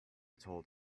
told